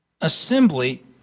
Assembly